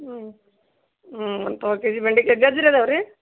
ಹ್ಞೂ ಹ್ಞೂ ಒಂದು ಪಾವು ಕೆ ಜಿ ಬೆಂಡೆಕಾಯ್ ಗಜ್ರಿ ಇದಾವ್ ರೀ